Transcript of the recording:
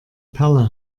perle